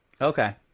Okay